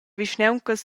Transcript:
vischnauncas